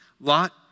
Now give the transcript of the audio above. Lot